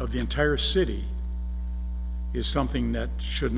of the entire city something that should